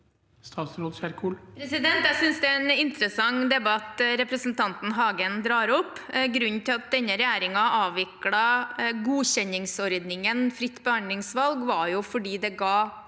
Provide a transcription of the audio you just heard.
Statsråd Ingvild Kjerkol Jeg synes det er en interessant debatt representanten Hagen drar opp. Grunnen til at denne regjeringen avviklet godkjenningsordningen fritt behandlingsvalg, var at den ga